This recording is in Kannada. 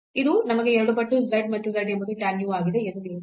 ಇದು ನಮಗೆ 2 ಪಟ್ಟು z ಮತ್ತು z ಎಂಬುದು tan u ಆಗಿದೆ ಎಂದು ನೀಡುತ್ತದೆ